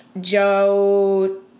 Joe